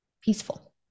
peaceful